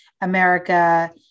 America